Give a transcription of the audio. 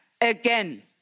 again